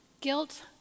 Guilt